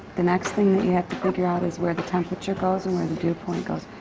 the next thing that you have to figure out is where the temperature goes and where the dew point goes.